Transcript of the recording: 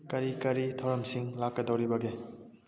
ꯀꯔꯤ ꯀꯔꯤ ꯊꯧꯔꯝꯁꯤꯡ ꯂꯥꯛꯀꯗꯧꯔꯤꯕꯒꯦ